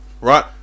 right